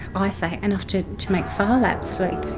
i say enough to to make phar lap sleep.